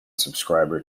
subscriber